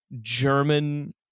German